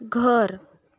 घर